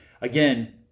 again